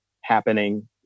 happening